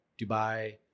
Dubai